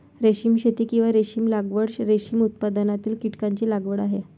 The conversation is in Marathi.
रेशीम शेती, किंवा रेशीम लागवड, रेशीम उत्पादनातील कीटकांची लागवड आहे